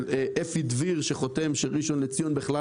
כך אפשר היה גם לעשות יחידה נפרדת בתוך העיריה